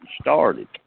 started